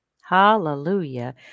Hallelujah